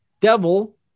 Devil